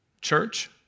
Church